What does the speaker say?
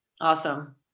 Awesome